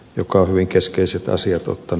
joka hyvin keskeiset asiat on